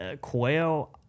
quail